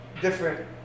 different